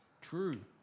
True